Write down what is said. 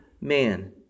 man